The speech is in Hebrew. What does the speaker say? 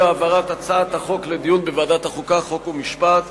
להעברת הצעת החוק לדיון בוועדת החוקה, חוק ומשפט.